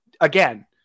again